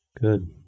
good